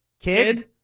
Kid